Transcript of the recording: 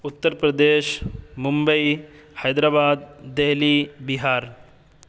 Uttar Pradesh Mumbai Hyderabad Delhi Bihar